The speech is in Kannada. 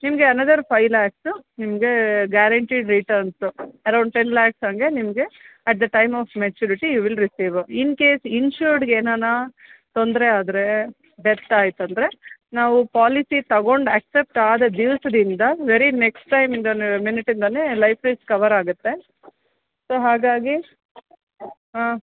ನಿಮಗೆ ಅನದರ್ ಫೈವ್ ಲ್ಯಾಕ್ಸು ನಿಮಗೆ guaranteed returns around ten lakhs ಹಾಗೆ ನಿಮಗೆ at the time of maturity you will receive in case ಇನ್ಸೂರ್ಡ್ಗೆ ಏನಾನ ತೊಂದರೆ ಆದರೆ ಡೆತ್ ಆಯ್ತಂದ್ರೆ ನಾವು ಪಾಲಿಸಿ ತೊಗೊಂಡು ಆಕ್ಸೆಪ್ಟ್ ಆದ ದಿವಸದಿಂದ ವೆರಿ ನೆಕ್ಸ್ಟ್ ಟೈಮಿಂದಾನೇ ಮಿನಿಟಿಂದಾನೇ ಲೈಫ್ ರಿಸ್ಕ್ ಕವರಾಗತ್ತೆ ಸೊ ಹಾಗಾಗಿ ಹಾಂ